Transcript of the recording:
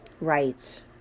right